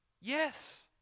Yes